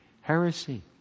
Heresy